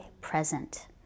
present